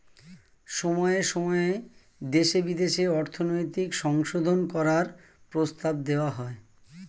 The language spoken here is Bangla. সময়ে সময়ে দেশে বিদেশে অর্থনৈতিক সংশোধন করার প্রস্তাব দেওয়া হয়